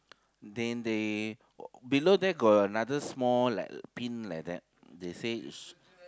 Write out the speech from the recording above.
then they below there got another small like pin like that they say is